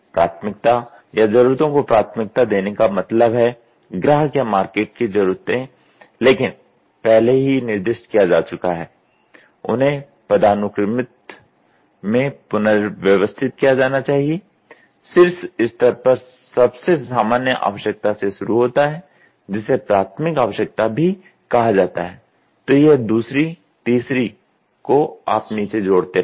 प्राथमिकता या जरूरतों को प्राथमिकता देने का मतलब है ग्राहक या मार्केट की जरूरते जिन्हे पहले ही निर्दिष्ट किया जा चूका है उन्हें पदानुक्रमित में पुनर्व्यवस्थित किया जाना चाहिए शीर्ष स्तर पर सबसे सामान्य आवश्यकता से शुरू होता है जिसे प्राथमिक आवश्यकता भी कहा जाता है तो यह दूसरी तीसरी को आप नीचे जोड़ते रहेंगे